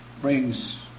brings